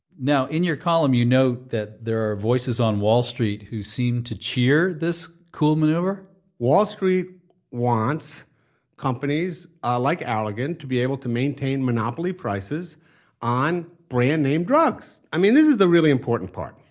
now, in your column, you know that there are voices on wall street who seem to cheer this cool maneuver wall street wants companies ah like allergan to be able to maintain monopoly prices on brand name drugs. i mean, this is the really important part.